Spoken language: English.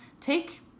Take